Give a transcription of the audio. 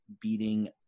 beating